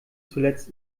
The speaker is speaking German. zuletzt